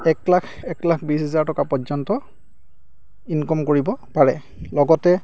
এক লাখ এক লাখ বিছ হাজাৰ টকা পৰ্য্য়ন্ত ইনকম কৰিব পাৰে লগতে